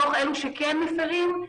מתוך אלו שכן מפירים,